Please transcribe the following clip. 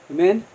Amen